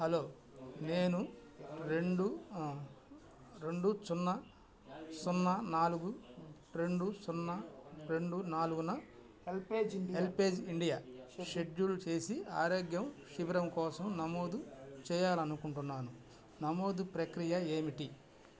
hello నేను రెండు రెండు సున్నా సున్నా నాలుగు రెండు సున్నా రెండు నాలుగున హెల్పేజ్ ఇండియా షెడ్యూల్ చేసి ఆరోగ్యం శిబిరం కోసం నమోదు చేయాలనుకుంటున్నాను నమోదు ప్రక్రియ ఏమిటి